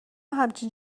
همچین